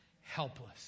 helpless